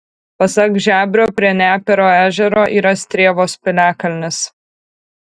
pasak žebrio prie nepėro ežero yra strėvos piliakalnis